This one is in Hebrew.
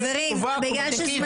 חברים, אתם